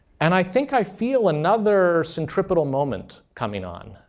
and i think i feel another centripetal moment coming on.